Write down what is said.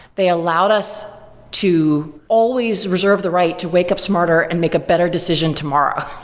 they allowed us to always reserve the right to wake up smarter and make a better decision tomorrow,